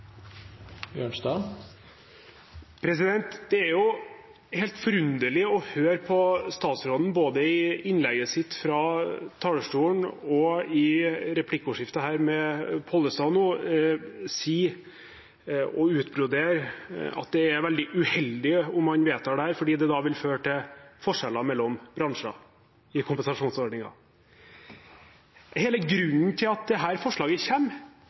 helt forunderlig å høre statsråden, både i innlegget sitt fra talerstolen og i replikkordskiftet her nå med Pollestad, si og utbrodere at det er veldig uheldig om man vedtar dette, fordi det da vil føre til forskjeller mellom bransjer i kompensasjonsordningen. Hele grunnen til at dette forslaget